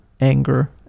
anger